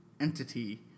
entity